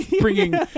bringing